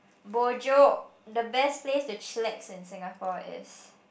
bo jio the best place to chillax in Singapore is